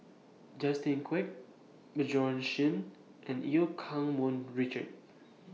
Justin Quek Bjorn Shen and EU Keng Mun Richard